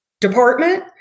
department